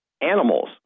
Animals